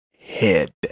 head